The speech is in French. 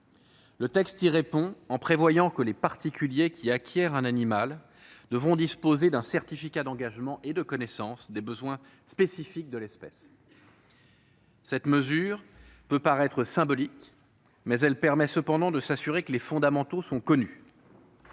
Le texte prévoit à cet effet que les particuliers qui acquièrent un animal devront disposer d'un certificat d'engagement et de connaissance des besoins spécifiques de l'espèce. Cette mesure peut paraître symbolique, mais elle permettra au moins de s'assurer que les fondamentaux sont connus.